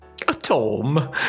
Tom